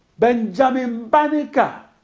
benjamin banneker